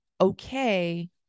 okay